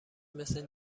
مثل